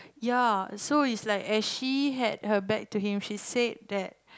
ya so is like as she had her back to him she said that